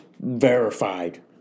verified